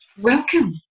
Welcome